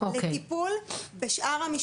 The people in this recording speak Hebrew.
לטיפול בשאר המשפחה.